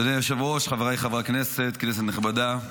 אדוני היושב-ראש, חבריי חברי הכנסת, כנסת נכבדה,